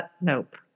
nope